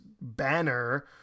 banner